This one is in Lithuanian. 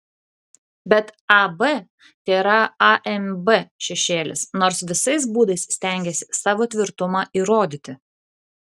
bet ab tėra amb šešėlis nors visais būdais stengiasi savo tvirtumą įrodyti